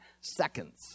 seconds